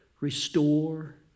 restore